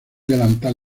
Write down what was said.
delantal